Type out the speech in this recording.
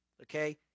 okay